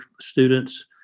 students